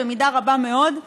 במידה רבה מאוד,